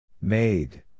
Made